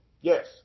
yes